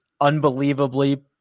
unbelievably